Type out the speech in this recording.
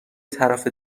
طرف